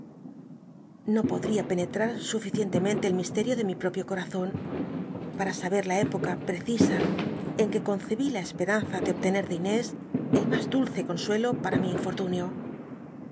no podría penet rar suficientemente el misterio de mi propio co razon pa ra saber la época precisa en que concebí la espe anl a de obtene de inés el mas dulce consuelo paea mi ini'oj'lun